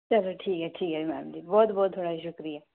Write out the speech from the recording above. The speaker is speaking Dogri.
चलो ठीक ऐ ठीक ऐ मैडम जी बहुत बहुत थुआढ़ा शुक्रिया